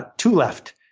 but two left.